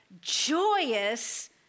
joyous